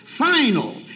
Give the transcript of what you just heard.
Final